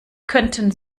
könnten